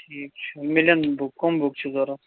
ٹھیٖک چھُ مِلن بُک کُم بُک چھِ ضوٚرتھ